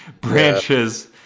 branches